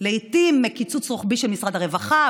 לעיתים מקיצוץ רוחבי של משרד הרווחה,